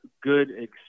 good